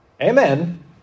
Amen